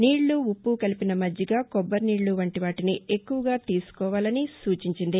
నీళ్ళు ఉప్పు కలిపిన మజ్జిగ కొబ్బరినీళ్ళు వంటి వాటిని ఎక్కువగా తీసుకోవాలని సూచించింది